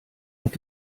mit